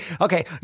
okay